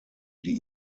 die